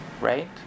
Right